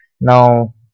Now